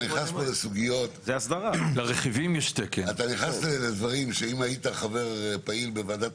אתה נכנס פה לדברים שאם היית חבר פעיל בוועדת